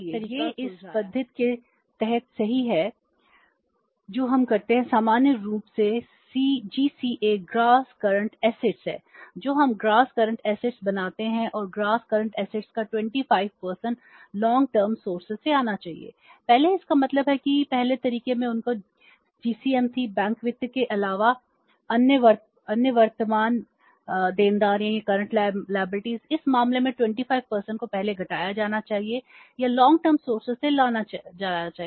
इसलिए यह इस पद्धति के तहत है जो हम करते हैं सामान्य रूप से जीसीए को कम करना चाहिए